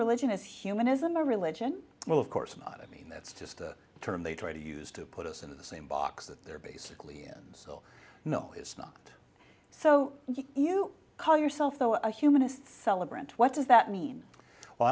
religion is humanism or religion well of course i mean that's just a term they try to use to put us in the same box that they're basically so no it's not so you call yourself though a humanist celebrant what does that mean well